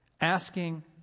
Asking